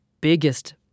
biggest